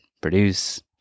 produce